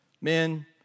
men